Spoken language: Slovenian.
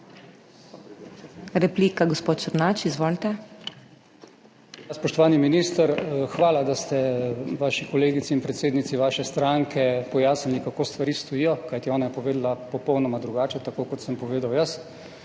**ZVONKO ČERNAČ (PS SDS):** Spoštovani minister, hvala, da ste svoji kolegici in predsednici vaše stranke pojasnili, kako stvari stojijo, kajti ona je povedala popolnoma drugače, tako kot sem povedal jaz.